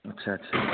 अच्छा अच्छा